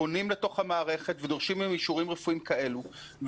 פונים למערכת ודורשים מהם אישורים רפואיים וצריכים